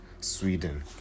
Sweden